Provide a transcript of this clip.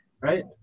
right